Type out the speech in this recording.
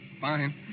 Fine